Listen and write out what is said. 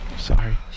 Sorry